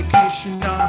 Krishna